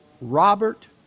Robert